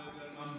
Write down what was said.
אדוני היושב-ראש.